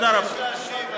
תודה רבה.